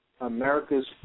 America's